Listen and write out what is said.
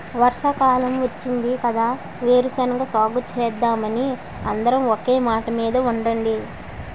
వర్షాకాలం వచ్చింది కదా వేరుశెనగ సాగుసేద్దామని అందరం ఒకే మాటమీద ఉండండి